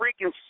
freaking